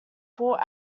fort